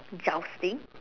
jousting